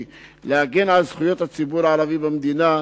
להגן על זכויות הציבור הערבי במדינה,